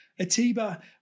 Atiba